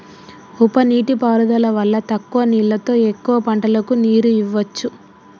ఉప నీటి పారుదల వల్ల తక్కువ నీళ్లతో ఎక్కువ పంటలకు నీరు ఇవ్వొచ్చు